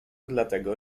dlatego